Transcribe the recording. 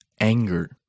anger